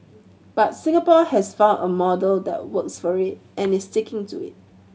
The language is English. but Singapore has found a model that works for it and is sticking to it